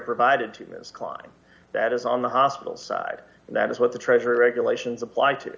provided to climb that is on the hospital's side and that is what the treasury regulations apply to